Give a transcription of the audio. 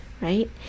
right